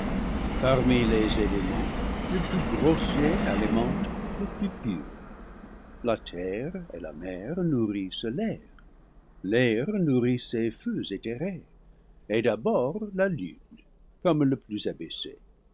parmi les éléments le plus grossier alimente le plus pur la terre et la mer nourrissent l'air l'air nourrit ces feux éthérés et d'abord la lune comme le plus abaissé